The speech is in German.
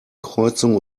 kreuzung